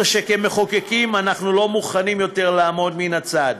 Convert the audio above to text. שכמחוקקים אנחנו לא מוכנים יותר לעמוד מן הצד.